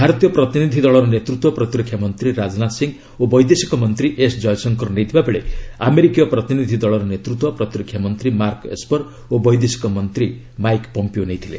ଭାରତୀୟ ପ୍ରତିନିଧି ଦଳର ନେତୃତ୍ୱ ପ୍ରତିରକ୍ଷା ମନ୍ତ୍ରୀ ରାଜନାଥ ସିଂହ ଓ ବୈଦେଶିକ ମନ୍ତ୍ରୀ ଏସ୍ ଜୟଶଙ୍କର ନେଇଥିବା ବେଳେ ଆମେରିକୀୟ ପ୍ରତିନିଧି ଦଳର ନେତୃତ୍ୱ ପ୍ରତିରକ୍ଷା ମନ୍ତ୍ରୀ ମାର୍କ ଏସ୍ପର୍ ଓ ବୈଦେଶିକ ମନ୍ତ୍ରୀ ମାଇକ୍ ପମ୍ପିଓ ନେଇଥିଲେ